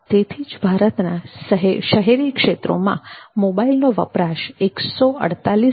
તેથી જ ભારતના શહેરી ક્ષેત્રોમાં મોબાઈલ નો વપરાશ 148 જેટલો છે